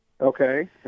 Okay